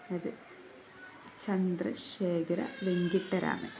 അതായത് ചന്ദ്രശേഖര വെങ്കിട്ടരാമന്